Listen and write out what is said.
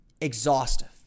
exhaustive